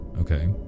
Okay